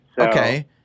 Okay